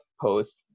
post